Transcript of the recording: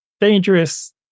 dangerous